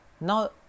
Now